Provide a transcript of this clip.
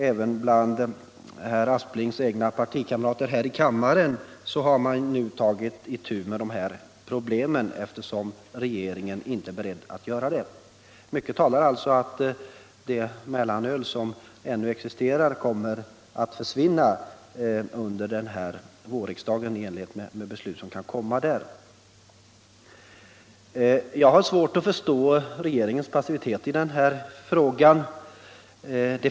Även bland herr Asplings egna partikamrater här i kammaren har man nu tagit itu med de här problemen, eftersom regeringen inte är beredd att göra det. Mycket talar alltså för att det mellanöl som ännu existerar kommer att försvinna i enlighet med beslut som kan förväntas här i riksdagen under våren. Jag har svårt att förstå regeringens passivitet i denna fråga.